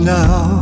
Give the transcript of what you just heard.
now